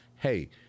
hey